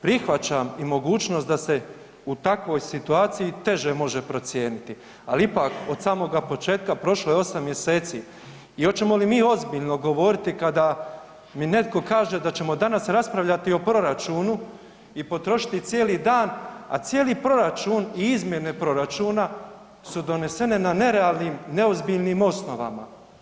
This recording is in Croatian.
Prihvaćam i mogućnost da se u takvoj situaciji teže može procijeniti, ali ipak, od samoga početka prošlo je 8. mjeseci i hoćemo li mi ozbiljno govoriti kada mi netko kaže da ćemo danas raspravljati o proračunu i potrošiti cijeli dan, a cijeli proračun i izmjene proračuna su donesene na nerealnim i neozbiljnim osnovama?